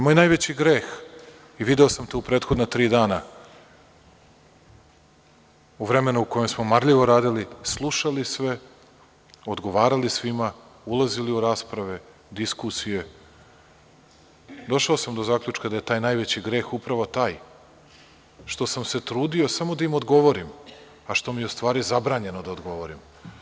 Moj najveći greh i video sam to u prethodna tri dana, u vremenu u kojem smo marljivo radili, slušali sve, odgovarali svima, ulazili u rasprave, diskusije, došao sam do zaključka da je taj najveći greh upravo taj što sam se trudio samo da im odgovorim, a što mi je u stvari zabranjeno da odgovorim.